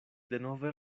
denove